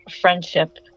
friendship